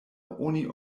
oni